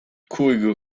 cúigiú